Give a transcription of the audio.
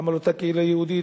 גם על אותה קהילה יהודית,